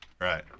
Right